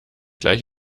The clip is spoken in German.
gleich